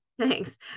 Thanks